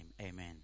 amen